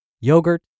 yogurt